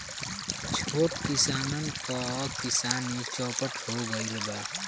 छोट किसानन क किसानी चौपट हो गइल बा